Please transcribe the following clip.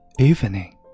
Evening